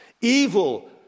Evil